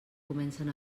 comencen